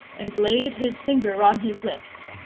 and laid his finger on his lips.